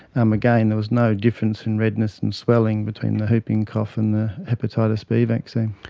um again, there was no difference in redness and swelling between the whooping cough and the hepatitis b vaccine.